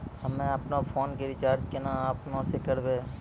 हम्मे आपनौ फोन के रीचार्ज केना आपनौ से करवै?